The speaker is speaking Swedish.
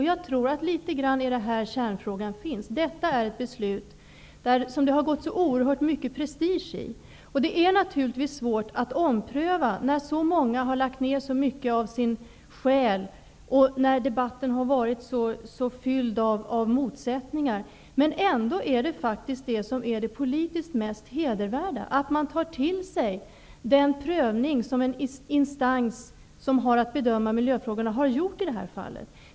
Jag tror nog att litet grand av kärnfrågan finns här. Det har gått oerhört mycket prestige i det här beslutet. Det är naturligtvis svårt att ompröva beslutet när så många har lagt ner så mycket av sin själ och när debatten har varit så fylld av motsättningar. Men det politiskt mest hedervärda är faktiskt att man tar till sig den prövning som en instans som har att bedöma miljöfrågorna har gjort.